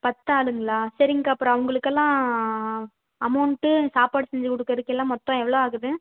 பத்தாதுங்களா சரிங்க்கா அப்புறம் உங்களுக்கெல்லாம் அமௌண்டு சாப்பாடு செஞ்சு கொடுக்குறதுக்கெல்லா மொத்தம் எவ்வளோ ஆகுது